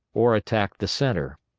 or attack the centre.